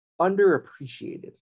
underappreciated